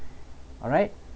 alright